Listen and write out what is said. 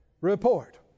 report